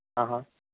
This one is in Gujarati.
હહ